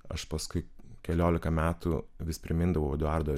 aš paskui keliolika metų vis primindavau eduardo